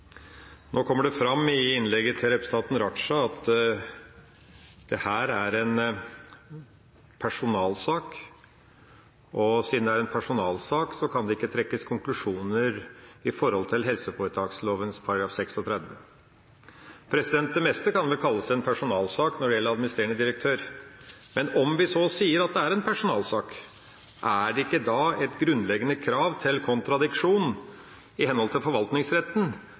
Nå kommer det fram i innlegget til representanten Raja at dette er en personalsak, og at siden det er en personalsak, kan det ikke trekkes konklusjoner opp mot helseforetaksloven § 36. Det meste kan vel kalles en personalsak når det gjelder administrerende direktør. Men om vi så sier at det er en personalsak, er det ikke da et grunnleggende krav til kontradiksjon i henhold til forvaltningsretten,